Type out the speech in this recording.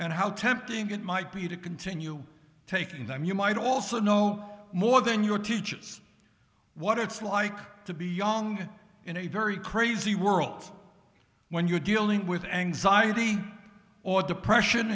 and how tempting it might be to continue taking them you might also know more than your teachers what it's like to be young in a very crazy world when you're dealing with anxiety or depression